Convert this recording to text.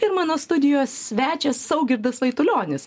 ir mano studijos svečias saugirdas vaitulionis